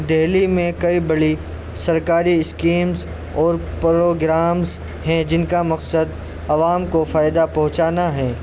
دہلی میں کئی بڑی سرکاری اسکیمس اور پروگرامس ہیں جن کا مقصد عوام کو فائدہ پہنچانا ہیں